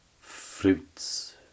fruits